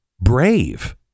brave